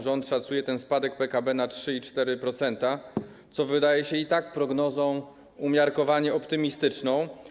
Rząd szacuje ten spadek PKB na 3,4%, co wydaje się i tak prognozą umiarkowanie optymistyczną.